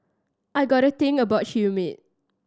I got a thing about humid